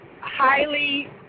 highly